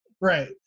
Right